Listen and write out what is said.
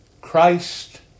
Christ